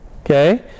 okay